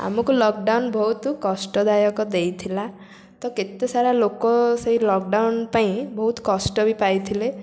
ଆମକୁ ଲକଡ଼ାଉନ ବହୁତ କଷ୍ଟ ଦାୟକ ଦେଇଥିଲା ତ କେତେସାରା ଲୋକ ସେ ଲକଡ଼ାଉନ ପାଇଁ ବହୁତ କଷ୍ଟ ବି ପାଇଥିଲେ